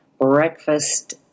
breakfast